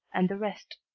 and the rest.